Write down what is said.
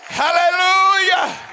hallelujah